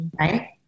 right